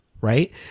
Right